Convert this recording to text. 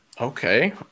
Okay